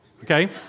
Okay